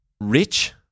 Rich